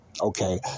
Okay